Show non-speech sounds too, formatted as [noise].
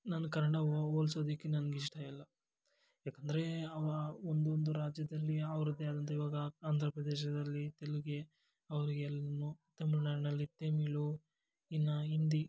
ನಾನು ಕನ್ನಡ ಹೋಲ್ಸೋದಕ್ಕೆ ನನಗಿಷ್ಟ ಇಲ್ಲ ಏಕೆಂದ್ರೆ ಯಾವ ಒಂದೊಂದು ರಾಜ್ಯದಲ್ಲಿ ಅವರದ್ದೇ ಆದಂಥ ಇವಾಗ ಆಂಧ್ರ ಪ್ರದೇಶದಲ್ಲಿ ತೆಲುಗೇ ಅವರಿಗೆ [unintelligible] ತಮಿಳ್ನಾಡಿನಲ್ಲಿ ತಮಿಳ್ ಇನ್ನೂ ಹಿಂದಿ